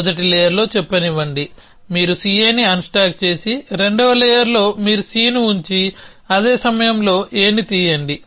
మొదటి లేయర్లో చెప్పనివ్వండి మీరు CAని అన్స్టాక్ చేసి రెండవ లేయర్లో మీరు Cని ఉంచి అదే సమయంలో Aని తీయండి